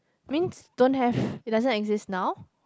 means don't have it doesn't exist now